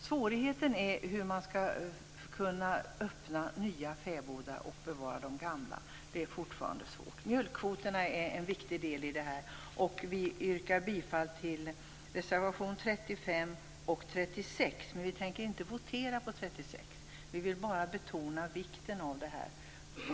Svårigheten ligger i hur man skall kunna öppna nya fäbodar och bevara de gamla. Det är fortfarande svårt. Mjölkkvoterna är en viktig del i detta. Jag yrkar bifall till reservationerna 35 och 36. För att förkorta tiden litet grand tänker vi inte begära votering på nr 36, utan vi vill bara betona vikten av det hela.